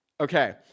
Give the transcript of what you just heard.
Okay